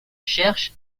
cherche